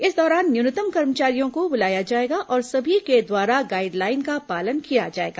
इस दौरान न्यूनतम कर्मचारियों को बुलाया जाएगा और सभी के द्वारा गाइनलाइन का पालन किया जाएगा